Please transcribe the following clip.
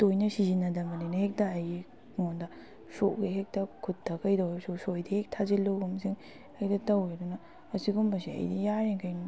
ꯇꯣꯏꯅ ꯁꯤꯖꯤꯟꯅꯗꯕꯅꯤꯅ ꯍꯦꯛꯇ ꯑꯩꯒꯤ ꯑꯩꯉꯣꯟꯗ ꯁꯣꯛꯂꯒ ꯍꯦꯛꯇ ꯈꯨꯠꯇ ꯀꯩꯗ ꯑꯣꯏꯔꯁꯨ ꯁꯣꯏꯗꯅ ꯍꯦꯛ ꯊꯥꯖꯤꯜꯂꯨꯒꯨꯝꯕꯁꯤꯡ ꯍꯦꯛꯇ ꯇꯧꯑꯦ ꯑꯗꯨꯅ ꯑꯁꯤꯒꯨꯝꯕꯁꯦ ꯑꯩꯗꯤ ꯌꯥꯔꯤꯈꯩ